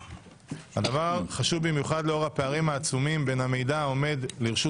הדבר חשוב במיוחד לאור הפערים העצומים בין המידע שעומד לרשות